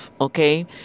Okay